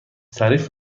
تعریف